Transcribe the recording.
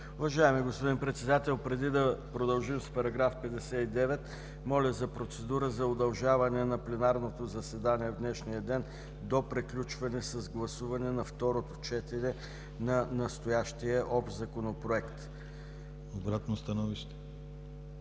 Уважаеми господин Председател, преди да продължим с § 59, моля за процедура за удължаване на пленарното заседание в днешния ден до приключване с гласуване на второто четене на настоящия Общ законопроект. ПРЕДСЕДАТЕЛ